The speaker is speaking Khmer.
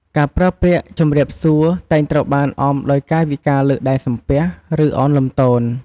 ការប្រើពាក្យ "ជំរាបសួរ" តែងត្រូវបានអមដោយកាយវិការលើកដៃសំពះ ឬឱនលំទោន។